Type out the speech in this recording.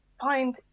find